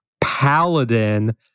Paladin